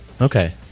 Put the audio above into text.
Okay